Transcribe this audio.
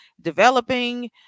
developing